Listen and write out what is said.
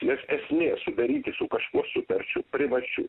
nes esmė sudaryti su kažkuo sutarčių privačių